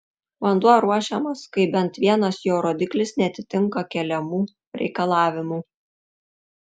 vanduo ruošiamas kai bent vienas jo rodiklis neatitinka keliamų reikalavimų